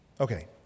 Okay